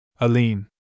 Aline